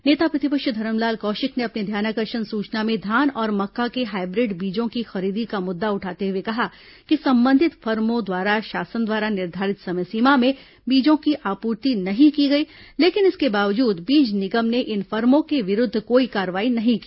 नेता प्रतिपक्ष धरमलाल कौशिक ने अपने ध्यानाकर्षण सूचना में धान और मक्का के हाईब्रिड बीजों की खरीदी का मुद्दा उठाते हुए कहा कि संबंधित फर्मो द्वारा शासन द्वारा निर्धारित समय सीमा में बीजों की आपूर्ति नहीं की गई लेकिन इसके बावजूद बीज निगम ने इन फर्मों के विरूद्व कोई कार्रवाई नहीं की